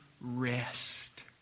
rest